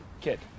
Kid